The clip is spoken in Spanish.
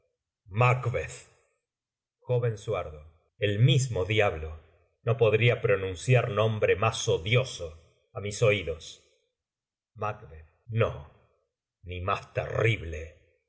macbeth j suardo el mismo diablo no podría pronunciar nombre más odioso á mis oídos macb no ni más terrible